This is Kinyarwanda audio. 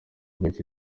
babiri